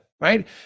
Right